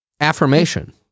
Affirmation